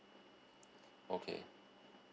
okay